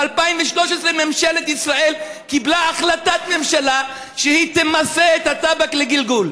ב-2013 ממשלת ישראל קיבלה החלטת ממשלה שהיא תמסה את הטבק לגלגול.